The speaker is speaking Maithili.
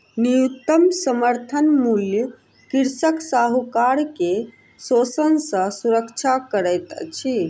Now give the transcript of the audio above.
न्यूनतम समर्थन मूल्य कृषक साहूकार के शोषण सॅ सुरक्षा करैत अछि